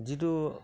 যিটো